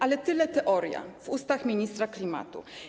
Ale tyle teoria w ustach ministra klimatu.